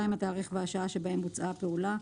התאריך והשעה שבהם בוצעה הפעולה.